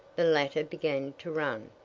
the latter began to run,